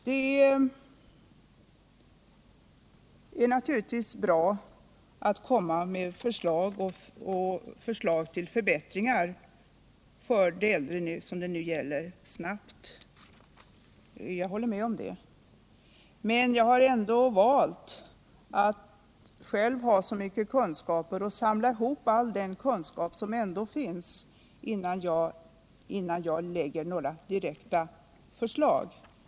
Det är naturligtvis bra att snabbt komma med förslag till förbättringar för de äldre, jag håller med om det, men jag har ändå valt att själv ha så mycket kunskaper som möjligt och samla all den kunskap som ändå finns innan jag lägger fram några direkta förslag.